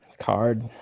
card